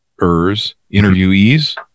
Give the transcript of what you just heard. interviewees